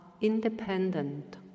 independent